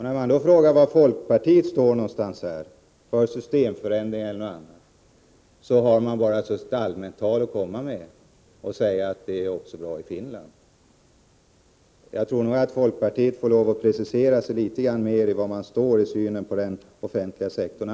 När man frågar var folkpartiet står, för en systemförändring eller någonting annat, har man bara allmänt tal att komma med. Folkpartiet måste precisera sig i debatten.